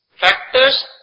Factors